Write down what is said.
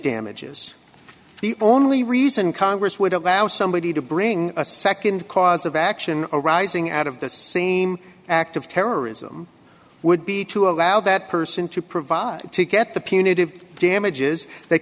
damages the only reason congress would allow somebody to bring a nd cause of action arising out of the same act of terrorism would be to allow that person to provide to get the punitive damages that